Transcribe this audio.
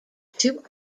two